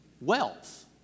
wealth